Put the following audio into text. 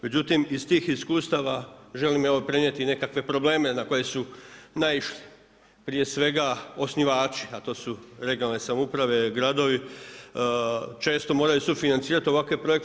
Međutim, iz tih iskustava želim evo prenijeti i nekakve probleme na koje su naišli prije svega osnivači, a to su regionalne samouprave, gradovi, često moraju sufinancirati ovakve projekte.